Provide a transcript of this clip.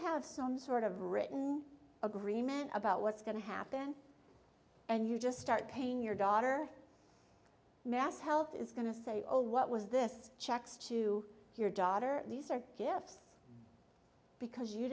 have some sort of written agreement about what's going to happen and you just start paying your daughter mass health is going to say oh what was this checks to your daughter these are gifts because you